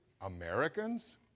Americans